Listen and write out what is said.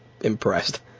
impressed